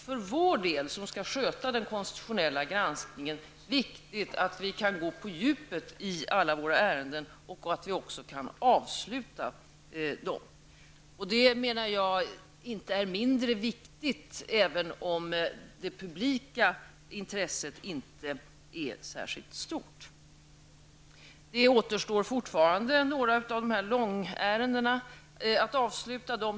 För oss, som skall sköta den konstitutionella granskningen, är det naturligtvis viktigt att vi kan gå på djupet i alla ärenden och att vi också kan avsluta dem. Arbetet är inte mindre viktigt, menar jag, även om det publika intresset inte är särskilt stort. Några av dessa långärenden återstår fortfarande att avsluta.